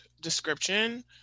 description